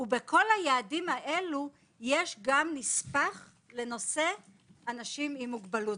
ובכל היעדים האלה יש גם נספח לנושא אנשים עם מוגבלות.